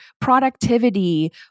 productivity